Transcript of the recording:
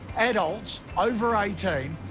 adults, over eighteen,